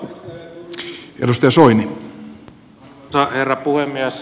arvoisa herra puhemies